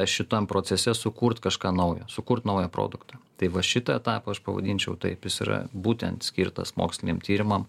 šitam procese sukurt kažką naujo sukurt naują produktą tai va šitą etapą aš pavadinčiau taip jis yra būtent skirtas moksliniam tyrimam